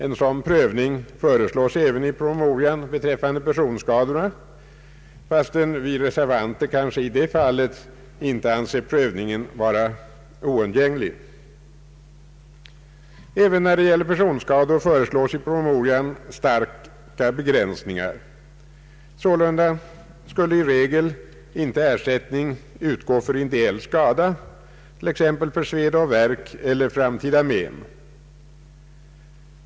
En sådan prövning föreslås även i promemorian beträffande personskador, fastän vi reservanter i detta fall kanske inte anser prövningen vara oundgänglig. Även när det gäller personskador föreslås i promemorian starka begränsningar. Sålunda skulle i regel ersättning ej utgå för ideell skada, t.ex. för sveda och värk eller framtida men.